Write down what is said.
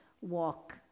walk